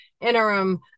interim